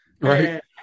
Right